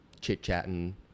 chit-chatting